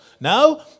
no